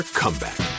comeback